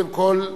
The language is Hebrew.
קודם כול,